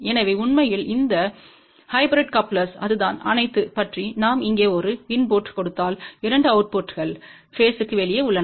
எனவே உண்மையில் இந்த ஹைபிரிட் கப்லெர்ஸ் அதுதான் அனைத்து பற்றிநாம் இங்கே ஒரு இன்புட்டைக் கொடுத்தால் 2 அவுட்புட்கள் பேஸ்ற்கு வெளியே உள்ளன